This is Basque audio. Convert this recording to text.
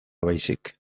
baizik